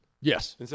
Yes